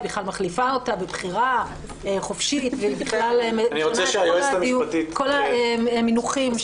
היא בכלל מחליפה אותה בבחירה חופשית ובכלל משנה את כל המנוחים.